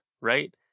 right